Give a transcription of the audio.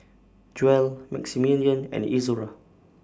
Joell Maximilian and Izora